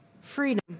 freedom